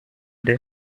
day